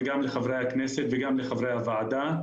לחברי הכנסת ולחברי הוועדה.